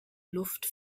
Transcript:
luft